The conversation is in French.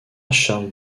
charles